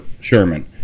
Sherman